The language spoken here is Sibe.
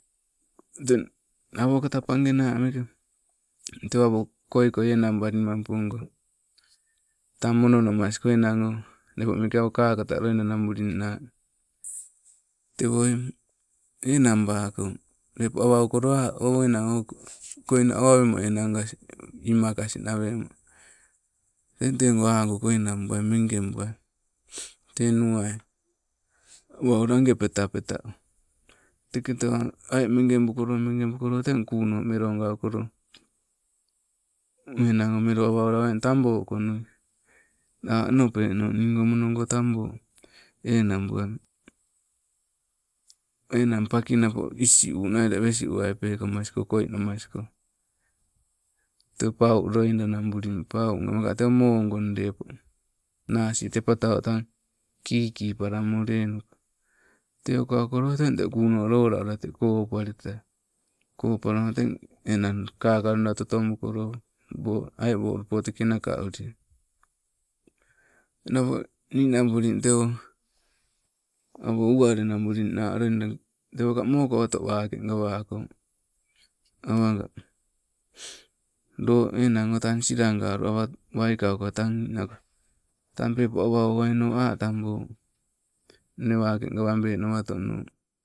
Teng awokata page naa meeke tewoo koi koi enang balimampogoo tan mono namas enang o te kakata loida nabulinaa tewoi enang bakoo o enang oh koina awe wemo enang gasi imakasi naweng eng teggoo aagu koo enang bubai megebuai tei nuwai lage petapeta, teke tewa ai magebikoloo teng kunoo melo gaukoloo enang o melo awa owukoloo eng taboo konui ah onopenoo mono goo taboo enang buwai, enang paki napo isi'uu nai we wesiuwai pekamas koo koi namas koo. Te pau loida nabulii, pau nga napo te moo gong leepo nasii te patau tang kiki palamoo lenuko, teu gaukoloo tang te kunoo lolawa te kopuwalito wai. Kopuwalama teng enang kaka loida totobukoloo, ai wolupoo teke nakawi napo ninabulii te- o awoo uwali nabulii naa loida tewoo ka mokabulii wakee gawakoo. Awaga tan enang tang ninago waikauka tang pepo awa owuwaino ah taboo, nne waake gawabe nawatonoo.